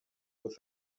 with